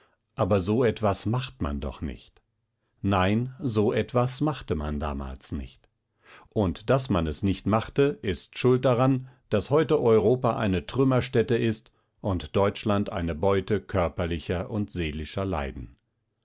aber so etwas macht man doch nicht nein so etwas machte man damals nicht und daß man es nicht machte ist schuld daran daß heute europa eine trümmerstätte ist und deutschland eine beute körperlicher und seelischer leiden